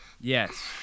yes